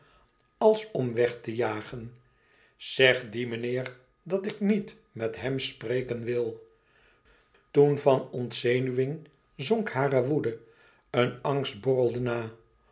als om hem weg te jagen zeg dien meneer dat ik niet met hem spreken wil toen van ontzenuwing zonk hare woede een angst borrelde